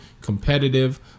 competitive